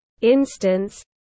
instance